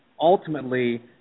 ultimately